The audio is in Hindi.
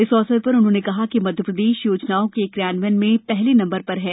इस अवसर पर उन्होंने कहा कि मध्यप्रदेश योजनाओं के क्रियान्वयन में पहले नम्बर पर है